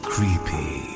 Creepy